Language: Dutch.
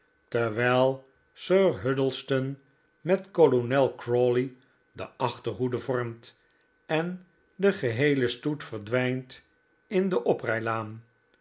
terwijl sir huddlestone met kolonel crawley de achterhoede vormt en de geheele stoet verdwijnt in de oprijlaan